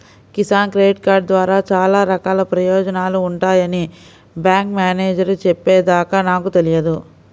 Kisan credit card ద్వారా చాలా రకాల ప్రయోజనాలు ఉంటాయని బ్యాంకు మేనేజేరు చెప్పే దాకా నాకు తెలియదు